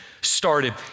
started